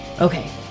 okay